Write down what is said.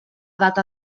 edat